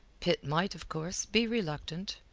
pitt might, of course, be reluctant.